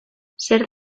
zer